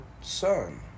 son